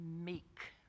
meek